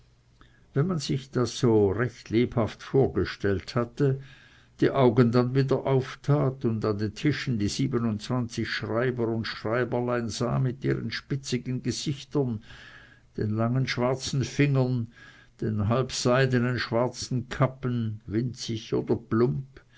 wenn man sich das so recht lebhaft vorgestellt hatte die augen dann wieder auftat und an den tischen die siebenundzwanzig schreiber und schreiberlein sah mit den spitzigen gesichtern den langen schwarzen fingern den halbseidenen schwarzen kappen winzig oder plump